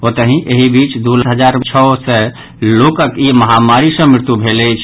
ओतहि एहि बीच दू हजार छओ सय लोकक ई महामारी सँ मृत्यु भेल अछि